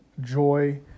joy